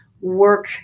work